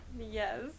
Yes